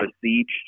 besieged